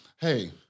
Hey